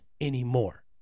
anymore